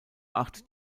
acht